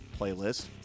playlist